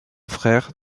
frère